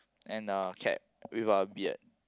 and a cap with a beard